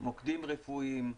מוקדים רפואיים,